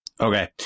Okay